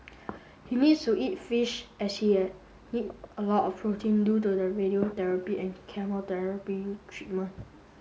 he needs to eat fish as she need a lot of protein due to the radiotherapy and chemotherapy treatment